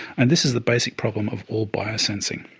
and this is the basic problem of all biosensing.